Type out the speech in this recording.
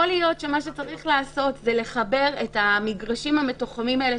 יכול להיות שמה שצריך לעשות זה לחבר את המגרשים המתוחמים האלה,